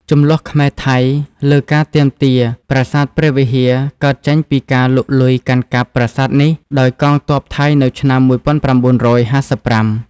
ជម្លោះខ្មែរ ថៃ លើការទាមទារបា្រសាទព្រះវិហារ កើតចេញពីការលុកលុយកាន់កាប់ប្រាសាទនេះដោយកងទ័ពថៃនៅឆ្នាំ ១៩៥៥។